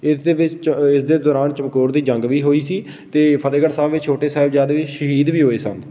ਇਸ ਦੇ ਵਿੱਚ ਇਸ ਦੇ ਦੌਰਾਨ ਚਮਕੌਰ ਦੀ ਜੰਗ ਵੀ ਹੋਈ ਸੀ ਅਤੇ ਫਤਿਹਗੜ੍ਹ ਸਾਹਿਬ ਵਿੱਚ ਛੋਟੇ ਸਾਹਿਬਜ਼ਾਦੇ ਸ਼ਹੀਦ ਵੀ ਹੋਏ ਸਨ